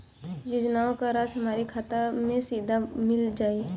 योजनाओं का राशि हमारी खाता मे सीधा मिल जाई?